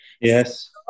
yes